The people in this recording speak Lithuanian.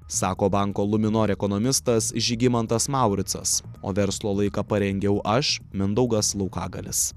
sako banko luminor ekonomistas žygimantas mauricas o verslo laiką parengiau aš mindaugas laukagalius